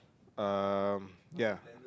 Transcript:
um ya